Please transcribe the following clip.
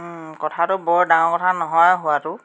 কথাটো বৰ ডাঙৰ কথা নহয় হোৱাটো